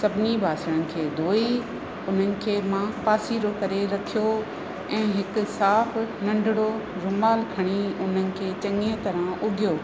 सभिनी ॿासणनि खे धोई उन्हनि खे मां पासीरो करे रखियो ऐं हिकु साफ़ु नंढिड़ो रूमाल खणी उन्हनि खे चङीअ तरह उॻियो